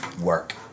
work